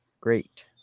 Great